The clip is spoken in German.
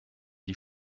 die